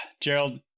Gerald